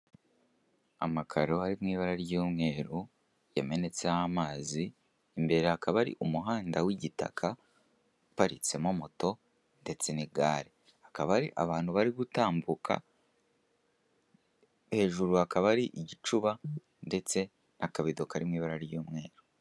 Amakaro ari mu ibara ry'umweru, yamenetseho amazi, imbere hakaba hari umuhanda w'igitaka uparitsemo moto, ndetse n'igare. Hakaba hari abantu bari gutambuka, hejuru hakaba hari igicuba ndetse n'akabido kari mu ibara ry'umweru.